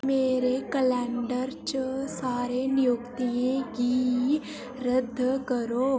मेरे कैलेंडर च सारे नियुक्तियें गी रद्द करो